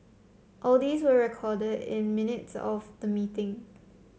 all these were recorded in the minutes of the meeting